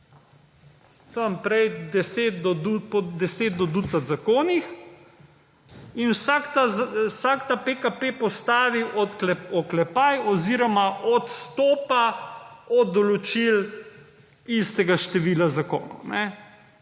tam prej 10 pod 10 do ducat zakonih in vsak ta PKP postavi oklepaj oziroma odstopa od določil istega števila zakonov.